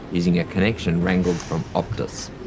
using a connection wrangled from optus.